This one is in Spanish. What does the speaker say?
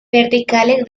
verticales